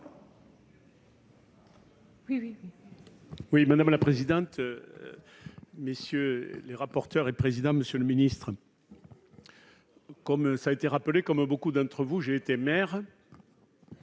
Oui, madame la présidente, messieurs les rapporteurs et présidents, monsieur le ministre, comme ça a été rappelé, comme beaucoup d'entre vous, j'ai été maire.